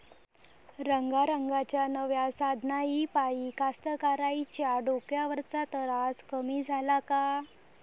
रंगारंगाच्या नव्या साधनाइपाई कास्तकाराइच्या डोक्यावरचा तरास कमी झाला का?